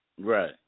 right